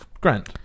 Grant